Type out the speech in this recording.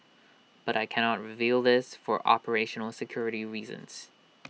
but I cannot reveal this for operational security reasons